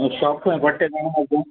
shop खंय पट्टा ते सारके